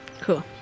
Cool